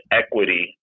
equity